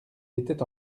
était